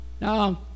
Now